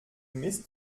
mist